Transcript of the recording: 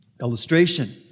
Illustration